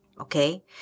okay